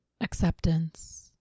acceptance